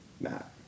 Matt